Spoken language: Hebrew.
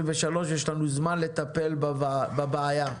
יש לנו זמן לטפל בבעיה.